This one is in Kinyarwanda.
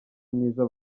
myiza